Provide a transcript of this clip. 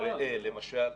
על זה אין ספק.